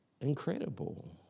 incredible